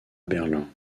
berlin